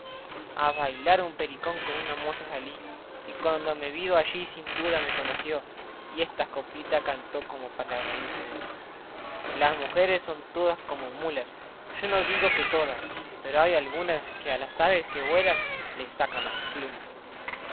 a bailar un pericón con una moza salí y cuanto me vido allí sin duda me conoció y estas coplitas cantó como por raírse de mí las mujeres son todas como las mulas yo no digo que todas pero hay algunas que a las aves que vuelan les sacan plumas